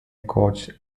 coach